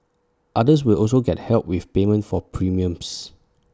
others will also get help with payment for premiums